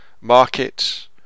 markets